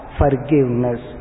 forgiveness